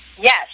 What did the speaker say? Yes